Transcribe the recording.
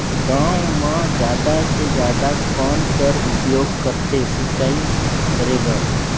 गांव म जादा से जादा कौन कर उपयोग करथे सिंचाई करे बर?